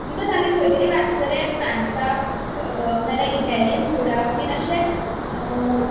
because आमी खंयतरी वाचलेले फ्रान्साक ना जाल्यार इटालियन फुडाक बिन अशें